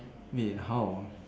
wait how